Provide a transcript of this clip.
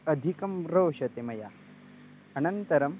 अधिकं रोचते मया अनन्तरम्